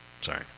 sorry